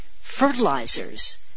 fertilizers